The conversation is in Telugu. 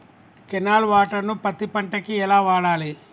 కెనాల్ వాటర్ ను పత్తి పంట కి ఎలా వాడాలి?